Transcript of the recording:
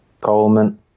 Coleman